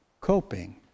coping